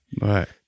Right